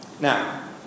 Now